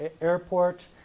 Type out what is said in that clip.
Airport